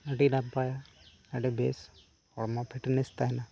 ᱟᱹᱰᱤ ᱱᱟᱯᱟᱭ ᱟᱹᱰᱤ ᱵᱮᱥ ᱦᱚᱲᱢᱚ ᱯᱷᱤᱴᱱᱮᱹᱥ ᱛᱟᱦᱮᱱᱟ